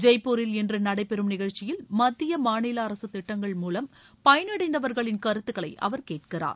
ஜெய்ப்பூரில் இன்று நடைபெறும் நிகழ்ச்சியில் மத்திய மாநில அரசு திட்டங்கள் மூலம் பயனடைந்தவர்களின் கருத்துக்களை அவர் கேட்கிறார்